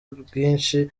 bwinshi